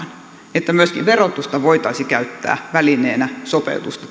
että myöskin verotusta voitaisiin käyttää välineenä sopeutusta